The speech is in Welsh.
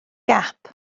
gap